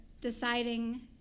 deciding